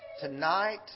Tonight